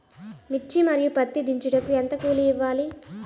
మిర్చి మరియు పత్తి దించుటకు ఎంత కూలి ఇవ్వాలి?